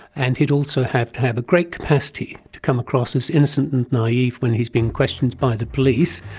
and he'd also have to have a great capacity to come across as innocent and naive when he's been questioned by the police,